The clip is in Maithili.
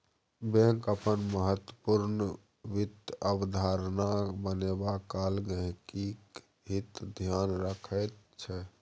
बैंक अपन महत्वपूर्ण वित्त अवधारणा बनेबा काल गहिंकीक हितक ध्यान रखैत छै